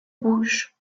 rouges